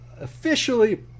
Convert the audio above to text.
officially